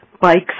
bikes